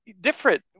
different